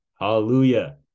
hallelujah